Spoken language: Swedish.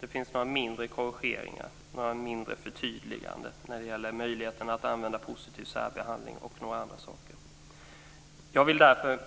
Det finns några mindre korrigeringar, några mindre förtydliganden när det gäller möjligheten att använda positiv särbehandling och en del andra saker. Jag vill därför